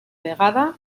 vegada